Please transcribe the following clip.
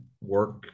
work